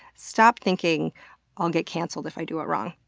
stop thinking i'll get cancelled if i do it wrong.